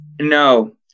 No